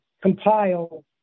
compile